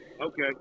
Okay